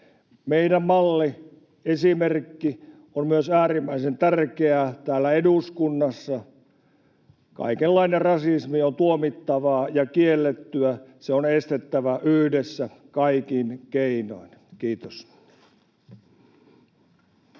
Meidän malliesimerkkimme on myös äärimmäisen tärkeää täällä eduskunnassa. Kaikenlainen rasismi on tuomittavaa ja kiellettyä. Se on estettävä yhdessä kaikin keinoin. — Kiitos.